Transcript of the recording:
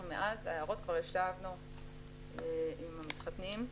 מאז ההערות כבר ישבנו עם המתחתנים,